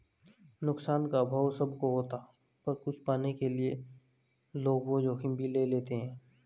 नुकसान का अभाव सब को होता पर कुछ पाने के लिए लोग वो जोखिम भी ले लेते है